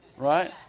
Right